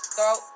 Throw